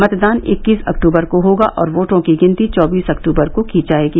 मतदान इक्कीस अक्तुबर को होगा और वोटों की गिनती चौबीस अक्तुबर को की जाएगी